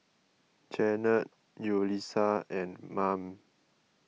Janette Yulisa and Mame